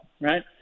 right